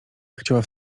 chciała